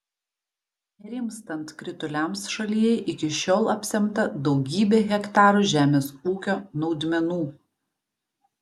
nerimstant krituliams šalyje iki šiol apsemta daugybė hektarų žemės ūkio naudmenų